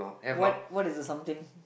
what what is the something